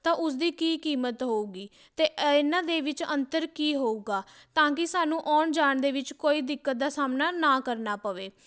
ਤਾਂ ਉਸ ਦੀ ਕੀ ਕੀਮਤ ਹੋਊਗੀ ਅਤੇ ਇਹਨਾਂ ਦੇ ਵਿੱਚ ਅੰਤਰ ਕੀ ਹੋਊਗਾ ਤਾਂ ਕਿ ਸਾਨੂੰ ਆਉਣ ਜਾਣ ਦੇ ਵਿੱਚ ਕੋਈ ਦਿੱਕਤ ਦਾ ਸਾਹਮਣਾ ਨਾ ਕਰਨਾ ਪਵੇ